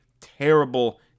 terrible